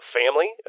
family